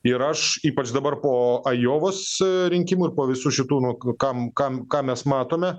ir aš ypač dabar po ajovos rinkimų ir po visų šitų nuk kam kam ką mes matome